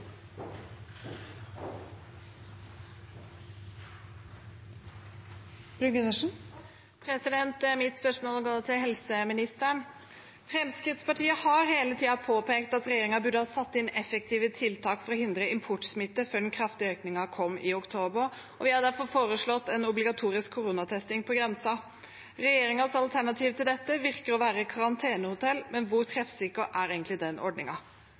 Mitt spørsmål går til helseministeren. Fremskrittspartiet har hele tiden påpekt at regjeringen burde ha satt inn effektive tiltak for å hindre importsmitte før den kraftige økningen kom i oktober. Vi har derfor foreslått en obligatorisk koronatesting på grensen. Regjeringens alternativ til dette virker å være karantenehotell. Men hvor treffsikker er egentlig den